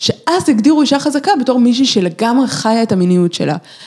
‫שאז הגדירו אישה חזקה בתור מישהי ‫שלגמרי חיה את המיניות שלה.